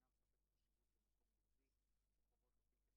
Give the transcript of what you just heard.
אני חושב שאין זמן יותר מתאים מלדון בנושא